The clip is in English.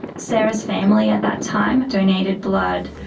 sarah's family at that time donated blood.